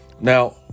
Now